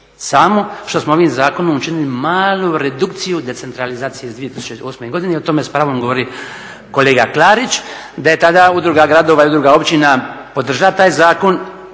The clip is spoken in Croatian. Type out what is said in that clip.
Samo što smo ovim zakonom učinili malu redukciju decentralizacije iz 2008. godine i o tome s pravom govori kolega Klarić, da je tada udruga gradova i udruga općina podržala taj zakon,